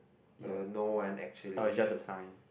uh no one actually